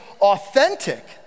authentic